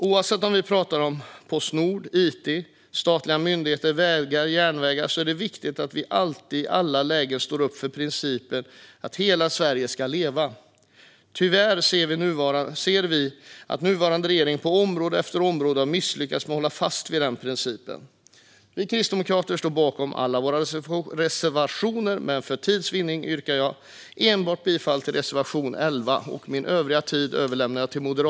Oavsett om vi talar om Postnord, it, statliga myndigheter eller vägar och järnvägar är det viktigt att vi alltid i alla lägen står upp för principen att hela Sverige ska leva. Tyvärr ser vi att nuvarande regering på område efter område har misslyckats med att hålla fast vid denna princip. Jag står bakom alla våra reservationer, men för tids vinnande yrkar jag bifall enbart till reservation 11.